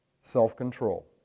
self-control